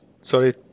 Sorry